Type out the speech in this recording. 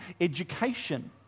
education